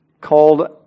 called